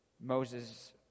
Moses